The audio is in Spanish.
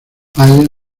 haya